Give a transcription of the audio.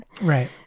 Right